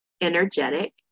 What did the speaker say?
energetic